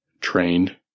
trained